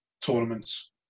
tournaments